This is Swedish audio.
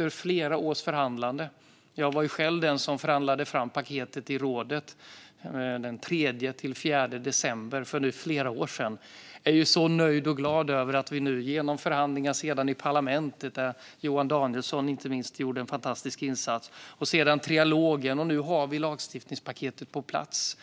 var flera års förhandlande. Jag var själv den som förhandlade fram paketet i rådet, den 3-4 december för flera år sedan. Jag är så nöjd och glad över detta. Det var sedan förhandlingar i parlamentet, där inte minst Johan Danielsson gjorde en fantastisk insats. Sedan var det trilogen. Och nu har vi lagstiftningspaketet på plats.